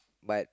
but